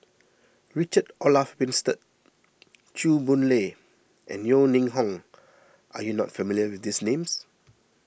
Richard Olaf Winstedt Chew Boon Lay and Yeo Ning Hong are you not familiar with these names